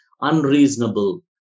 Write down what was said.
unreasonable